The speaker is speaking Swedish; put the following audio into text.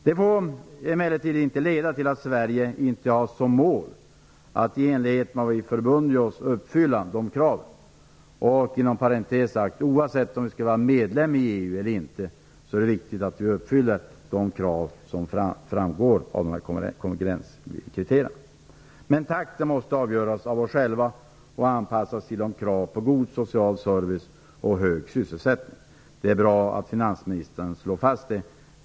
Detta får emellertid inte leda till att Sverige inte skall ha som mål att i enlighet med vad vi förbundit oss för uppfylla dessa krav. Inom parentes sagt: oavsett om vi skulle vara medlemmar i EU eller inte är det viktigt att vi uppfyller de krav som framgår av konvergenskriterierna. Men takten måste avgöras av oss själva och anpassas till kraven på god samhällsservice och hög sysselsättning. Det är bra att finansministern slår fast detta.